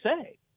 say